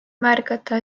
märgata